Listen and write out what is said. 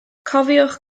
cofiwch